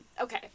Okay